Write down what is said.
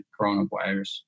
coronavirus